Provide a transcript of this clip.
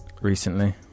recently